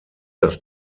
das